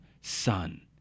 son